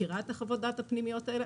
אני מכירה את חוות הדעת הפנימיות האלה.